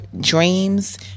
dreams